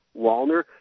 Walner